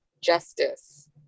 justice